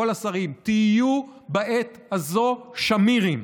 לכל השרים: תהיו בעת הזו שמירים.